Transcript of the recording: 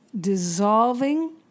dissolving